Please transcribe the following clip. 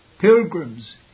pilgrims